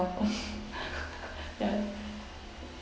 ya